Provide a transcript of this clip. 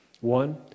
One